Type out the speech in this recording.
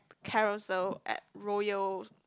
Carousel at Royal